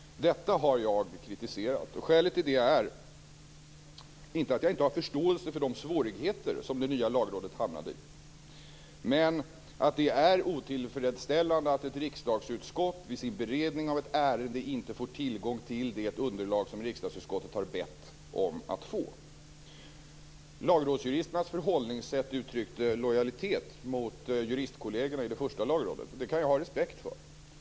Detta har jag kritiserat. Skälet till det är inte att jag inte har förståelse för de svårigheter som det nya Lagrådet hamnade i, men det är otillfredsställande att ett riksdagsutskott vid sin beredning av ett ärende inte får tillgång till det underlag som riksdagsutskottet har bett att få. Lagrådsjuristernas förhållningssätt uttryckte lojalitet mot juristkollegerna i det tidigare Lagrådet, och jag kan ha respekt för det.